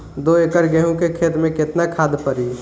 दो एकड़ गेहूँ के खेत मे केतना खाद पड़ी?